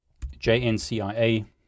JNCIA